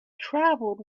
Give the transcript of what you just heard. travelled